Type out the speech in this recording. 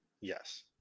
Yes